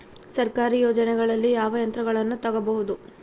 ಸರ್ಕಾರಿ ಯೋಜನೆಗಳಲ್ಲಿ ಯಾವ ಯಂತ್ರಗಳನ್ನ ತಗಬಹುದು?